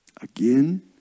Again